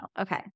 Okay